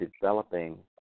developing